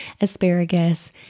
asparagus